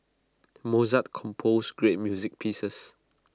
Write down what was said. Mozart composed great music pieces